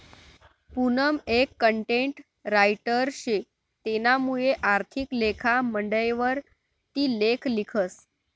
पूनम एक content writer शे तेनामुये आर्थिक लेखा मंडयवर ती लेख लिखस